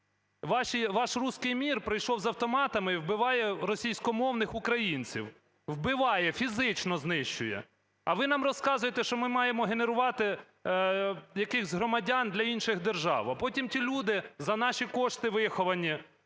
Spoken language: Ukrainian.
Ваш "русский мир" прийшов з автоматами і вбиває російськомовних українців, вбиває, фізично знищує! А ви нам розказуєте, що ми маємо генерувати якихось громадян для інших держав. А потім ті люди, за наші кошти виховані,